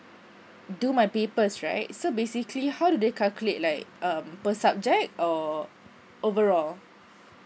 do my papers right so basically how do they calculate like um per subject or overall